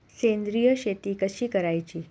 सेंद्रिय शेती कशी करायची?